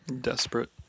Desperate